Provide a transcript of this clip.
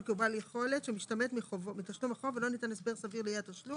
כי הוא בעל יכולת שמשתמט מתשלום החוב ולא ניתן הסבר סביר לאי התשלום,